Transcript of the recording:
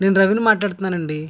నేను రవిని మాట్లాడుతున్నాను అండి